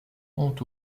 pont